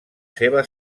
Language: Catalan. seva